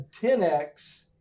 10x